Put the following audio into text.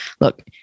look